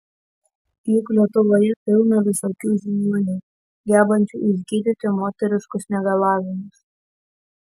juk lietuvoje pilna visokių žiniuonių gebančių išgydyti moteriškus negalavimus